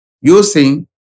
using